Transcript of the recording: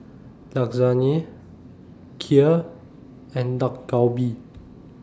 Lasagne Kheer and Dak Galbi